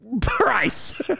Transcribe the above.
price